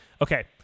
Okay